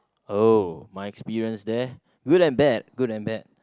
oh my experience there good and bad good and bad